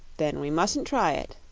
then we musn't try it,